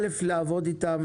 לעבוד איתם,